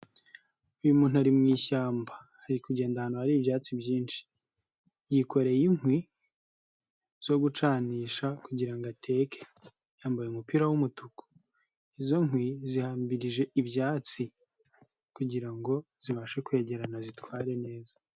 Uyu muntu ari mu ishyamba ari kugenda ahantu hari ibyatsi byinshi, yikoreye inkwi zo gucanisha kugira ngo ateke yambaye umupira w'umutuku. Izo nkwi zihambirije ibyatsi kugira ngo zibashe kwegerana azitware neza.